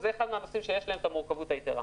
זה אחד מהנושאים שיש להם מורכבות יתרה.